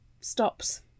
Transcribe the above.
stops